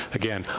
again,